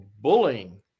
bullying